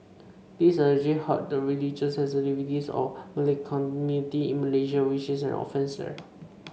this allegedly hurt the religious sensitivities of the Malay community in Malaysia which is an offence there